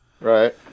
right